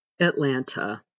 Atlanta